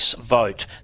vote